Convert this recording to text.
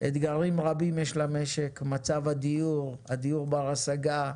אתגרים רבים יש למשק, מצב הדיור, דיור בר השגה,